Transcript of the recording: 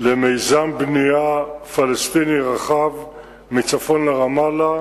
למיזם בנייה פלסטיני רחב מצפון לרמאללה